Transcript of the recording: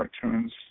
cartoons